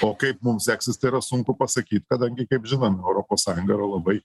o kaip mum seksis tai yra sunku pasakyt kadangi kaip žinome europos sąjunga yra labai